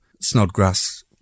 Snodgrass